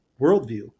worldview